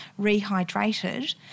rehydrated